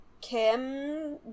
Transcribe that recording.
Kim